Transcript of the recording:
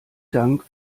dank